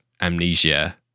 amnesia